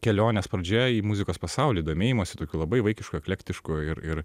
kelionės pradžia į muzikos pasaulį domėjimusi tokiu labai vaikišku eklektišku ir ir